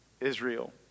Israel